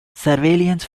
surveillance